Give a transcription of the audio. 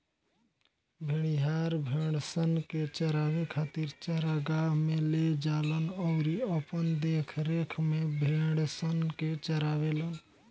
भेड़िहार, भेड़सन के चरावे खातिर चरागाह में ले जालन अउरी अपना देखरेख में भेड़सन के चारावेलन